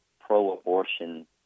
pro-abortion